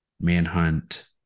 Manhunt